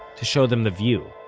to show them the view.